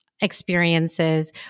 experiences